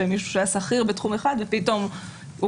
שמישהו שהיה שכיר בתחום אחד ופתאום הוא